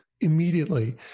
immediately